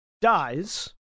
dies